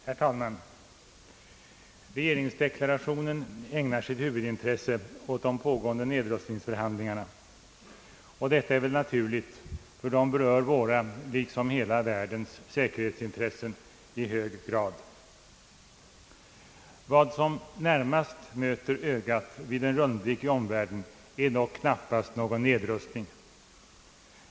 Herr talman! Regeringsdeklarationen ägnar sitt huvudintresse åt de pågående nedrustningsdiskussionerna. Detta är naturligt, då de berör våra, liksom hela världens, säkerhetsintressen i hög grad. Vad som närmast möter ögat vid en rundblick i omvärlden är dock knappast någon nedrustning.